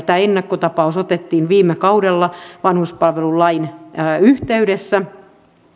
tämä ennakkotapaus otettiin viime kaudella vanhuspalvelulain yhteydessä